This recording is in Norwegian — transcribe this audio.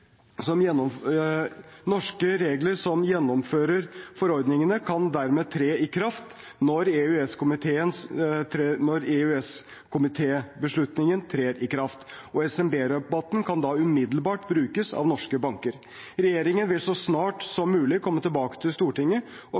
Norske regler som gjennomfører forordningene, kan dermed tre i kraft når EØS-komitébeslutningen trer i kraft, og SMB-rabatten kan da umiddelbart brukes av norske banker. Regjeringen vil så snart som mulig komme tilbake til Stortinget og